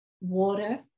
water